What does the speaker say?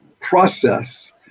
process